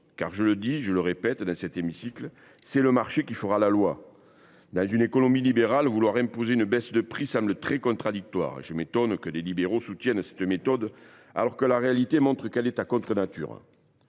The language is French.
Je le dis et je le répète dans cet hémicycle : c’est le marché qui fera la loi ! Dans une économie libérale, imposer une baisse des prix semble contradictoire. Je m’étonne que des libéraux soutiennent cette méthode, alors que la réalité montre qu’elle est contre nature.